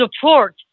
support